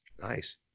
Nice